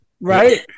Right